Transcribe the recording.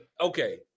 okay